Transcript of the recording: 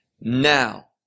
Now